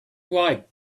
wiped